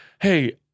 Hey